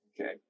Okay